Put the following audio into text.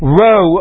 row